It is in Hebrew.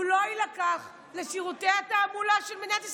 הוא לא יילקח לשירותי התעמולה של מדינת ישראל,